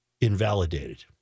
invalidated